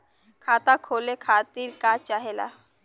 खाता खोले खातीर का चाहे ला?